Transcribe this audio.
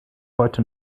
heute